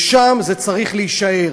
ושם זה צריך להישאר.